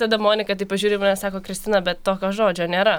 tada monika taip pažiūri į mane ir sako kristina bet tokio žodžio nėra